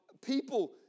people